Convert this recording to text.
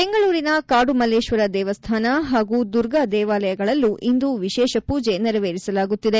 ಬೆಂಗಳೂರಿನ ಕಾಡುಮಲ್ಲೇಶ್ವರ ದೇವಸ್ಥಾನ ಹಾಗೂ ದುರ್ಗಾ ದೇವಾಲಯಗಳಲ್ಲೂ ಇಂದು ವಿಶೇಷ ಪೂಜೆ ನೆರವೇರಿಸಲಾಗುತ್ತಿದೆ